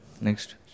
Next